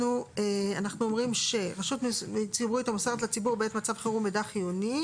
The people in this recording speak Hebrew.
אנחנו אומרים שרשות ציבורית המוסרת לציבור בעת מצב חירום מידע חיוני,